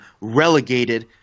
relegated